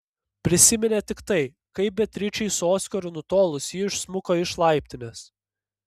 prisiminė tik tai kaip beatričei su oskaru nutolus ji išsmuko iš laiptinės